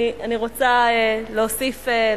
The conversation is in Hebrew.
אני רוצה להוסיף משפט אחד.